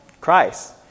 Christ